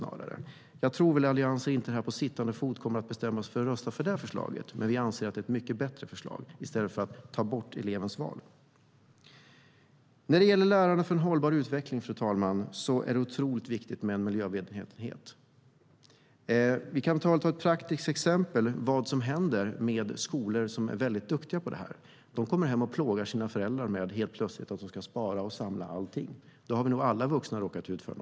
Alliansen kommer nog inte på stående fot att bestämma sig för att rösta på det förslaget, men vi anser att det är ett mycket bättre förslag än att ta bort elevens val. Fru talman! Lärande för hållbar utveckling och miljömedvetenhet är viktigt. Ett praktiskt exempel på vad som händer när skolor är duktiga på detta är att eleverna kommer hem och plågar sina föräldrar med att allt ska sparas och samlas. Det har nog alla vi vuxna råkat ut för.